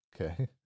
okay